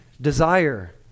desire